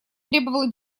требовала